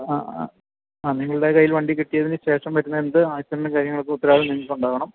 അ അ ആ നിങ്ങളുടെ കയ്യിൽ വണ്ടി കിട്ടിയതിനു ശേഷം വരുന്ന എന്ത് ആക്സിഡെൻറ്റ് കാര്യങ്ങൾക്കും ഉത്തരവാദിത്തം നിങ്ങൾക്ക് ഉണ്ടാകണം